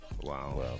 Wow